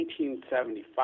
1975